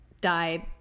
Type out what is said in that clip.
died